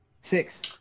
Six